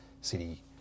city